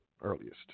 earliest